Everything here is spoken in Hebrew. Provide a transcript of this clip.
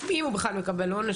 אם הוא בכלל מקבל עונש,